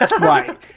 Right